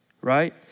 right